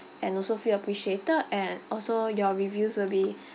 and also feel appreciated and also your reviews will be